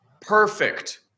Perfect